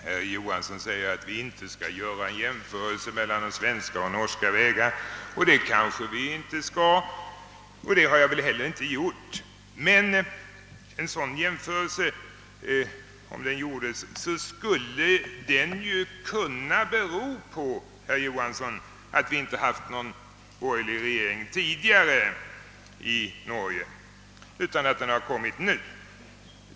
Herr talman! Vi skall inte jämföra de norska och de svenska vägarna, säger herr Johansson i Norrköping, och det skall vi kanske inte göra. Det har jag heller inte gjort. Men om en sådan jämförelse göres och om den utfaller till de svenska vägarnas fördel, kan ju det bero på att man inte haft någon borgerlig regering i Norge tidigare. Den har ju tillkommit nu.